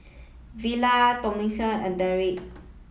Villa Tomeka and Darrick